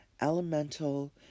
elemental